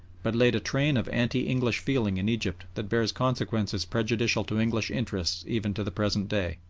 but laid a train of anti-english feeling in egypt that bears consequences prejudicial to english interests even to the present day.